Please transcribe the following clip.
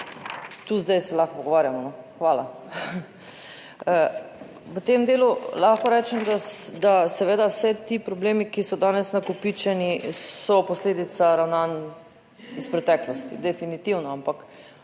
tu zdaj se lahko pogovarjamo. Hvala. V tem delu lahko rečem, da seveda vsi ti problemi, ki so danes nakopičeni so posledica ravnanj iz preteklosti, definitivno, ampak